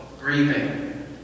Grieving